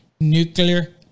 Nuclear